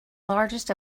largest